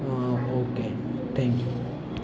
a okay thank you